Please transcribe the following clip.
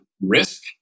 risk